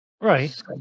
Right